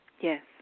Yes